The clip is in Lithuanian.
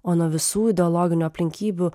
o nuo visų ideologinių aplinkybių